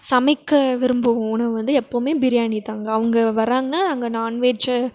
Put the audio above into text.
சமைக்க விரும்பும் உணவு வந்து எப்போதுமே பிரியாணி தாங்க அவங்க வராங்கனா நாங்கள் நான்வெஜ்ஜு